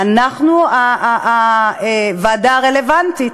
אנחנו הוועדה הרלוונטית.